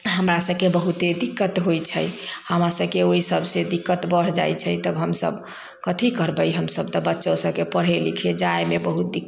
हमरासबके बहुते दिक्कत होइ छै हमरासबके ओहिसबसे दिक्कत बढ़ जाइ छै तब हमसब कथी करबै हमसब त बच्चो के पढ़े लिखे जाइमे बहुत दिक्कत